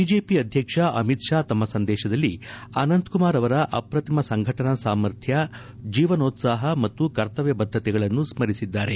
BJP ಅಧ್ಯಕ್ಷ ಅಮಿತ್ ಷಾ ತಮ್ಮ ಸಂದೇಶದಲ್ಲಿ ಅನಂತಕುಮಾರ್ ಅವರ ಅಪ್ರತಿಮ ಸಂಘಟನಾ ಸಾಮರ್ಥ್ಯ ಜೀವನೋತ್ಪಾಹ ಮತ್ತು ಕರ್ತವ್ಯ ಬದ್ದತೆಗಳನ್ನು ಸ್ಮರಿಸಿದ್ದಾರೆ